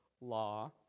law